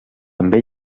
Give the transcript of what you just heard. també